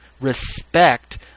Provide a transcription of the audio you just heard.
Respect